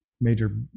major